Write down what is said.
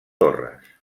torres